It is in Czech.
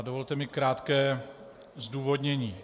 Dovolte mi krátké zdůvodnění.